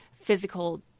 physical